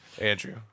Andrew